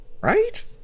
right